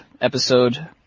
episode